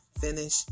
finish